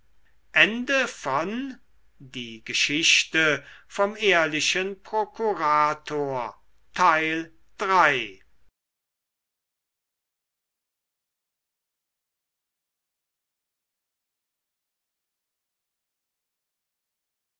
die geschichte vom ehrlichen prokurator